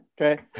Okay